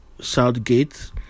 Southgate